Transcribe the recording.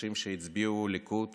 אנשים שהצביעו ליכוד